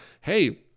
hey